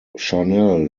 chanel